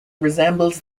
resembles